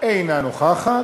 אינה נוכחת,